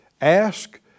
Ask